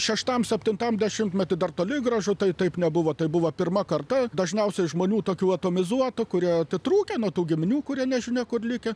šeštam septintam dešimtmety dar toli gražu tai taip nebuvo tai buvo pirma karta dažniausiai žmonių tokių atomizuotų kurie atitrūkę nuo tų giminių kurie nežinia kur likę